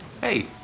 Hey